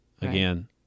Again